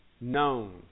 known